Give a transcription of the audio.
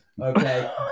okay